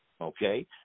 Okay